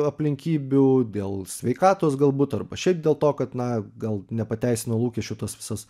aplinkybių dėl sveikatos galbūt arba šiaip dėl to kad na gal nepateisino lūkesčių tas visas